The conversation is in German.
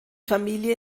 familie